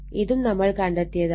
ഇതും നമ്മൾ കണ്ടെത്തിയതാണ്